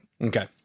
Okay